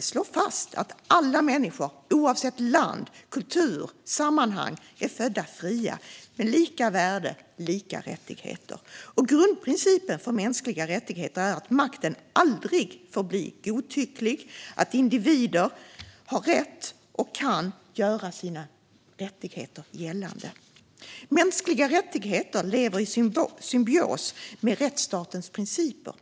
slår fast att alla människor, oavsett land, kultur och sammanhang, är födda fria, med lika värde och samma rättigheter. Grundprincipen för mänskliga rättigheter är att makten aldrig får bli godtycklig och att individer har rätt och möjlighet att göra sina rättigheter gällande. Mänskliga rättigheter lever i symbios med rättsstatens principer.